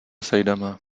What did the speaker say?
sejdeme